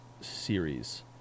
series